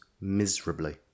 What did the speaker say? miserably